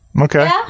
Okay